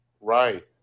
right